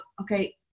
okay